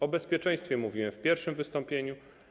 O bezpieczeństwie mówiłem w pierwszym wystąpieniu.